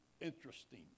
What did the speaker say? interesting